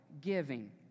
giving